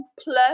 plus